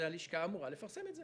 הלשכה אמורה לפרסם את זה.